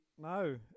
No